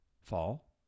fall